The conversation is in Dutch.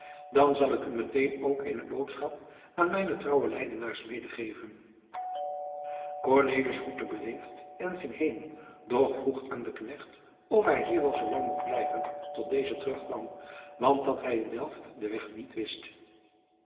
dan zal ik u meteen ook eene boodschap aan mijne trouwe leidenaars medegeven cornelis groette beleefd en ging heen doch vroeg aan den knecht of hij hier wel zoo lang mocht blijven tot deze terugkwam want dat hij in delft den weg niet wist